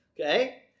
okay